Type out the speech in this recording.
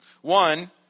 One